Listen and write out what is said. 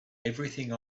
everything